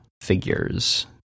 figures